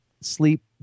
sleep